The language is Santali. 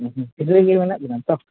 ᱯᱷᱤᱫᱽᱨᱟᱹᱭᱜᱮ ᱢᱮᱱᱟᱜᱵᱮᱱᱟ ᱛᱚ